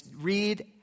read